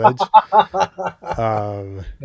college